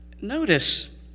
notice